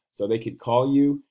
so they could call you,